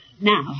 Now